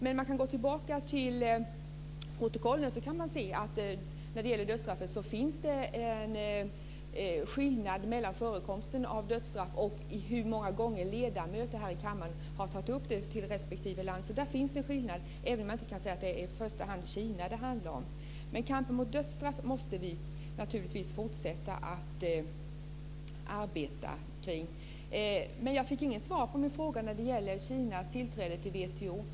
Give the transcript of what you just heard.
Man kan gå tillbaka till protokollen och se att det finns en skillnad mellan förekomsten av dödsstraff och hur många gånger ledamöter här i kammaren har tagit upp det när det gäller respektive land. Där finns en skillnad, även om man inte kan säga att det i första hand är Kina det handlar om. Kampen mot dödsstraffet måste vi naturligtvis fortsätta att föra. Jag fick inget svar på min fråga om Kinas tillträde till WTO.